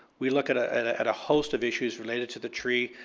we look at ah and at a host of issues related to the tree,